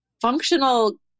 functional